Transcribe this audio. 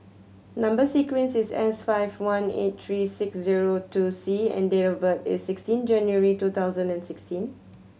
number sequence is S five one eight three six zero two C and date of birth is sixteen January two thousand and sixteen